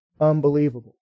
unbelievable